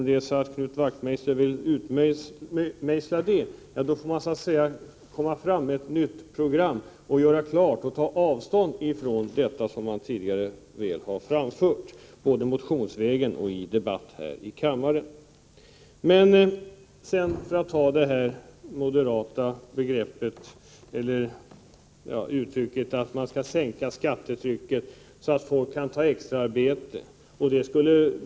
Om Knut Wachtmeister vill utmejsla det resonemanget, får man väl komma med ett nytt program och ta avstånd från det som man tidigare har framfört, både i motioner och under debatt här i kammaren. Moderaterna talar om att sänka skattetrycket, så att folk kan ta extraarbete.